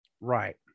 Right